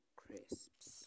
crisps